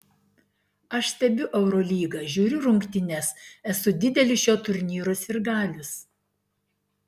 aš stebiu eurolygą žiūriu rungtynes esu didelis šio turnyro sirgalius